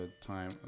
time